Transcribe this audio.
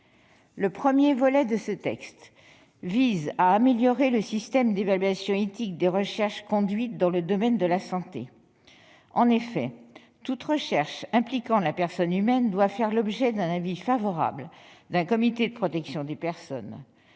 Le premier volet de ce texte vise à améliorer le système d'évaluation éthique des recherches conduites dans le domaine de la santé. En effet, toute recherche impliquant la personne humaine doit faire l'objet d'un avis favorable d'un comité de protection des personnes.